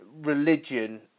religion